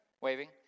waving